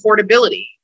affordability